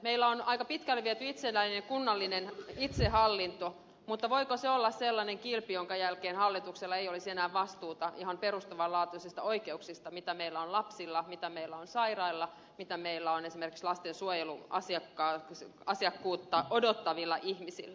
meillä on aika pitkälle viety kunnallinen itsehallinto mutta voiko se olla sellainen kilpi jonka jälkeen hallituksella ei olisi enää vastuuta ihan perustavan laatuisista oikeuksista mitä meillä on lapsilla mitä meillä on sairailla mitä meillä on esimerkiksi lastensuojeluasiakkuutta odottavilla ihmisillä